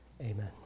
Amen